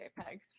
JPEG